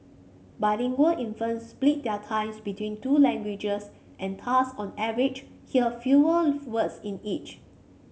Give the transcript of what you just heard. bilingual infants split their times between two languages and thus on average hear fewer words in each